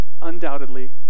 undoubtedly